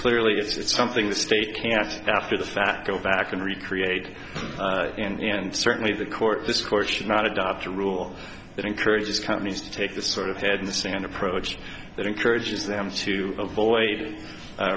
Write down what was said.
clearly it's something the state can ask after the fact go back and recreate it and certainly the court this court should not adopt a rule that encourages companies to take the sort of head in the sand approach that encourages them to